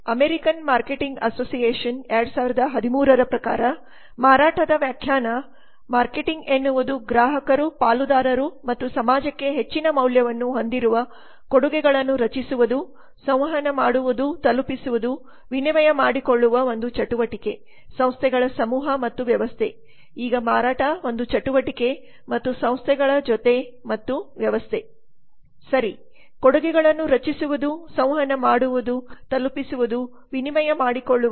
American marketing association ೨೦೧೩ ರ ಪ್ರಕಾರ ಮಾರಾಟದ ವ್ಯಾಖ್ಯಾನ " ಮಾರ್ಕೆಟಿಂಗ್ ಎನ್ನುವುದು ಗ್ರಾಹಕರು ಪಾಲುದಾರರು ಮತ್ತು ಸಮಾಜಕ್ಕೆ ಹೆಚ್ಚಿನ ಮೌಲ್ಯವನ್ನು ಹೊಂದಿರುವ ಕೊಡುಗುಗೆಗಳ ನ್ನು ರಚಿಸುವುದು ಸಂವಹನ ಮಾಡುವುದು ತಲುಪಿಸುವುದು ವಿನಿಮಯ ಮಾಡಿಕೊಳ್ಳುವ ಒಂದು ಚಟುವಟಿಕೆ ಸಂಸ್ಥೆಗಳ ಸಮೂಹ ಮತ್ತು ವ್ಯವಸ್ಥೆ " ಈಗ ಮಾರಾಟ ಒಂದು ಚಟುವಟಿಕೆ ಮತ್ತೆ ಸಂಸ್ಥೆಗಳ ಜೊತೆ ಮತ್ತು ವ್ಯವಸ್ಥೆ ಸರಿ ಕೊಡುಗುಗೆಗಳನ್ನು ರಚಿಸುವುದು ಸಂವಹನ ಮಾಡುವುದು ತಲುಪಿಸುವುದು ವಿನಿಮಯ ಮಾಡಿಕೊಳ್ಳುವುದು